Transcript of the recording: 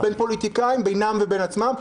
- -בין פוליטיקאים, בינם לבין עצמם.